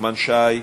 נחמן שי,